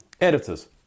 Editors